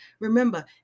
Remember